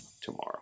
tomorrow